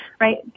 right